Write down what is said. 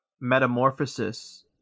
metamorphosis